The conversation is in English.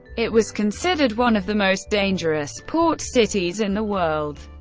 it was considered one of the most dangerous port cities in the world.